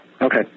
Okay